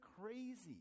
crazy